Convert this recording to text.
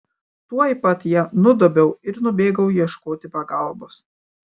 tuoj pat ją nudobiau ir nubėgau ieškoti pagalbos